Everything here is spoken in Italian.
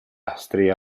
astri